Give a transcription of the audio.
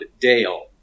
Dale